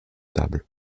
table